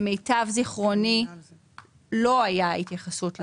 למיטב זכרוני לא היה התייחסות.